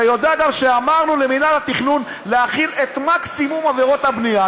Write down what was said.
אתה יודע גם שאמרנו למינהל התכנון להכיל את מקסימום עבירות הבנייה.